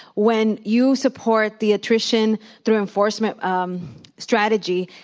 when you support the attrition through enforcement um strategy,